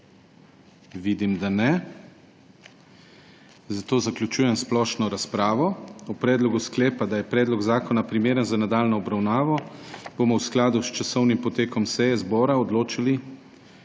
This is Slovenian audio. Vidim, da ne, zato zaključujem splošno razpravo. O predlogu sklepa, da je predlog zakona primeren za nadaljnjo obravnavo, bomo v skladu s časovnim potekom seje zbora odločili